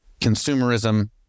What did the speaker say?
consumerism